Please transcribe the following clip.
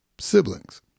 siblings